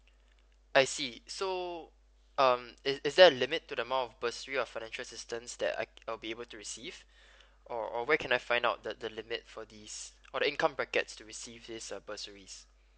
I see so um is is there a limit to the amount of bursary or financial assistance that I I'll be able to receive or or where can I find out the the limit for this for the income brackets to receive this uh bursaries